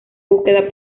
búsqueda